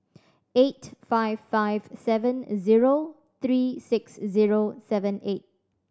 eight five five seven zero three six zero seven eight